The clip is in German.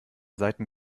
seiten